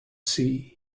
sea